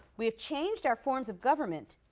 we have changed our forms of government,